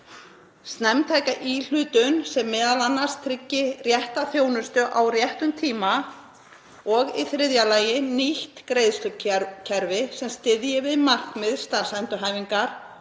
snemmtæk íhlutun sem m.a. tryggi rétta þjónustu á réttum tíma og í þriðja lagi nýtt greiðslukerfi sem styðji við markmið starfsendurhæfingar